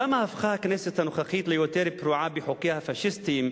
למה הפכה הכנסת הנוכחית ליותר פרועה בחוקיה הפאשיסטיים,